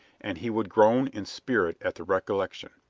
and he would groan in spirit at the recollection.